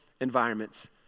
environments